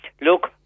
look